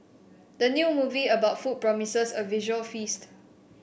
the new movie about food promises a visual feast